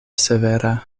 severa